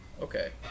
Okay